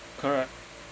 correct